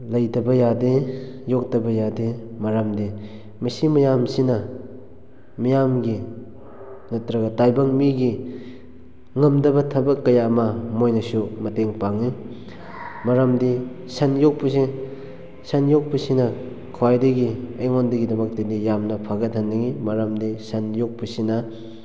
ꯂꯩꯇꯕ ꯌꯥꯗꯦ ꯌꯣꯛꯇꯕ ꯌꯥꯗꯦ ꯃꯔꯝꯗꯤ ꯃꯁꯤ ꯃꯌꯥꯝꯁꯤꯅ ꯃꯤꯌꯥꯝꯒꯤ ꯅꯠꯇ꯭ꯔꯒ ꯇꯥꯏꯕꯪ ꯃꯤꯒꯤ ꯉꯝꯗꯕ ꯊꯕꯛ ꯀꯌꯥ ꯑꯃ ꯃꯣꯏꯅꯁꯨ ꯃꯇꯦꯡ ꯄꯥꯡꯉꯤ ꯃꯔꯝꯗꯤ ꯁꯟ ꯌꯣꯛꯄꯁꯤ ꯁꯟ ꯌꯣꯛꯄꯁꯤꯅ ꯈ꯭ꯋꯥꯏꯗꯒꯤ ꯑꯩꯉꯣꯟꯗꯒꯤ ꯗꯃꯛꯇꯗꯤ ꯌꯥꯝꯅ ꯐꯒꯠꯍꯟꯅꯤꯡꯉꯤ ꯃꯔꯝꯗꯤ ꯁꯟ ꯌꯣꯛꯄꯁꯤꯅ